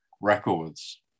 records